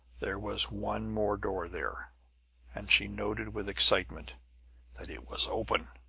there was one more door there and she noted with excitement that it was open.